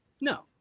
No